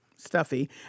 stuffy